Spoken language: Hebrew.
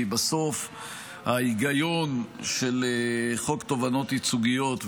כי בסוף ההיגיון של חוק תובענות ייצוגיות,